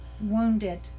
wounded